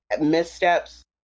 missteps